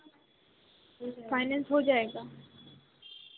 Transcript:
finance हो जाएगा